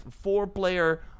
four-player